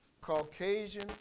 Caucasian